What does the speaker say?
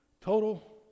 Total